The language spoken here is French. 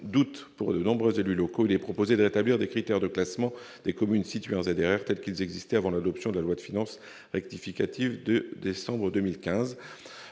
doutes pour de nombreux élus locaux et les proposer de rétablir des critères de classement des communes situées en EDF, tels qu'ils existaient avant l'adoption de la loi de finances actif il captive de décembre 2015